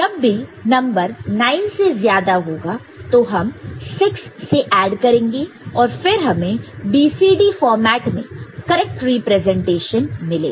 जब भी नंबर 9 से ज्यादा होगा तो हम 6 से ऐड करेंगे और फिर हमें BCD फार्मेट में करेक्ट रिप्रेजेंटेशन मिलेगा